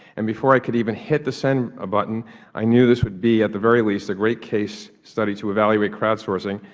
and before i could even hit the send ah button i knew this would be at the very least a great case study to evaluate crowd sourcing,